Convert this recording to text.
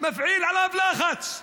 מפעיל עליו לחץ,